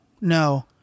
no